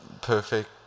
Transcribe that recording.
perfect